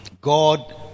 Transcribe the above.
God